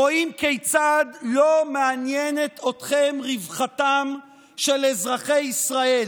רואים כיצד לא מעניינת אתכם רווחתם של אזרחי ישראל